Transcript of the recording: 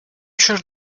sure